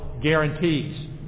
guarantees